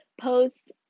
post